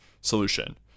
solution